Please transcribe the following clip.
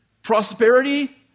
Prosperity